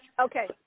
okay